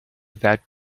that